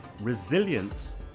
resilience